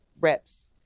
reps